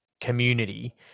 community